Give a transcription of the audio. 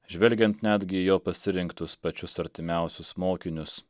žvelgiant netgi į jo pasirinktus pačius artimiausius mokinius